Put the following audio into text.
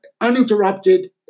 uninterrupted